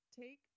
take